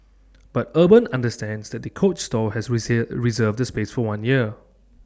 but urban understands that the coach store has reserved the space for one year